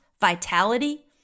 vitality